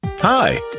hi